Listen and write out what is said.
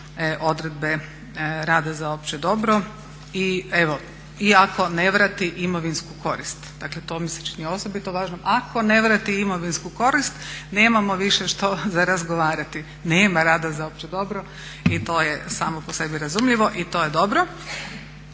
odredbe rada za opće dobro. I evo, ako ne vrati imovinsku korist. Dakle, to mi se čini osobito važno. Ako ne vrati imovinsku korist nemamo više što za razgovarati. Nema rada za opće dobro i to je samo po sebi razumljivo i to je dobro.